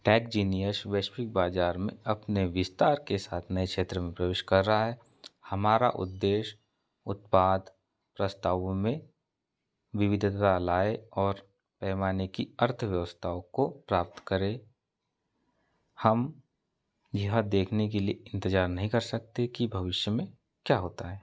take genius वैश्विक बाज़ार में अपने विस्तार के साथ नए क्षेत्र में प्रवेश कर रहा है हमारा उद्देश्य उत्पाद प्रस्तावों में विविधता लाए और पैमाने की अर्थव्यवस्थाओं को प्राप्त करे हम यह देखने के लिए इंतजार नहीं कर सकते कि भविष्य में क्या होता है